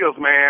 man